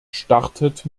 startet